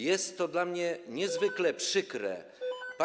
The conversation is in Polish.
Jest to dla mnie niezwykle przykre.